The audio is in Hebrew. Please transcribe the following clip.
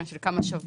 עניין של כמה שבועות,